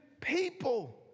people